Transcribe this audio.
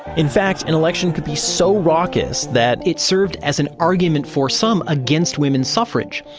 in fact, and elections could be so raucous that it served as an argument for some against women's suffrage.